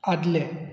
आदलें